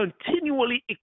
continually